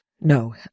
no